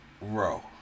Row